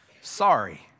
Sorry